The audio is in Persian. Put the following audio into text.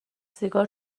سیگار